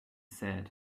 said